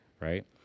right